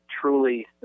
truly